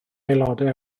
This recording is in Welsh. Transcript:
aelodau